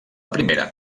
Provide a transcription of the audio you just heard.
primera